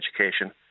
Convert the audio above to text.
education